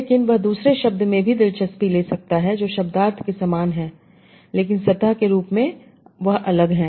लेकिन वह दूसरे शब्द में भी दिलचस्पी ले सकता है जो शब्दार्थ के समान है लेकिन सतह के रूप में यह अलग है